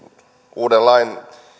uuden lain